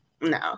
no